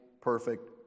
perfect